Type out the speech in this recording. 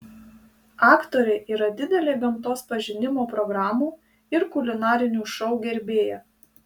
aktorė yra didelė gamtos pažinimo programų ir kulinarinių šou gerbėja